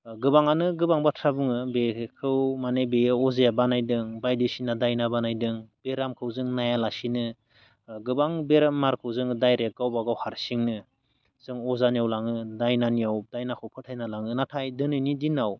गोबाङानो गोबां बाथ्रा बुङो बेखौ माने बेयो अजाया बानायदों बायदिसिना दायना बानायदों बेरामखौ जों नायालासिनो गोबां बेमारखौ जोङो डाइरेक्ट गावबा गाव हारसिंनो जों अजानियाव लाङो दायनानियाव दायनाखौ फोथायनानै लाङो नाथाय दिनैनि दिनाव